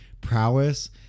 prowess